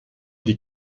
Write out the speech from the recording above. die